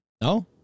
No